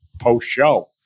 post-show